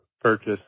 purchase